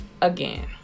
again